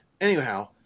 Anyhow